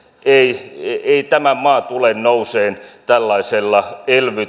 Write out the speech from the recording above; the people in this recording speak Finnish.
ei ei tämä maa tule nousemaan tällaisella